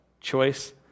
choice